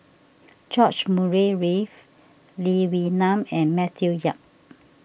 George Murray Reith Lee Wee Nam and Matthew Yap